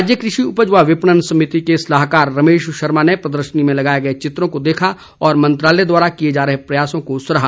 राज्य कृषि उपज व विपणन समिति के सलाहाकार रमेश शर्मा ने प्रदर्शनी में लगाए गए चित्रों को देखा और मंत्रालय द्वारा किए जा रहे प्रयासों को सराहा